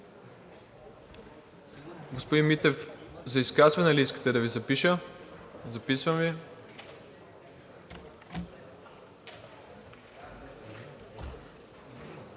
Господин Митев, за изказване ли искате да Ви запиша. Записвам Ви.